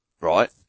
right